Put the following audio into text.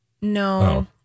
No